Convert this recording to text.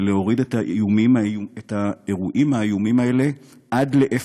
ולהוריד את האירועים האיומים האלה עד לאפס,